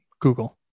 Google